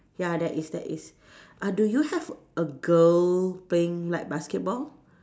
ya there is there is uh do you have a girl playing like basketball